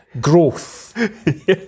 growth